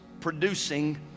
producing